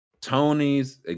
Tony's